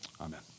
Amen